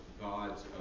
God's